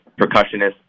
percussionist